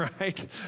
right